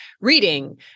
reading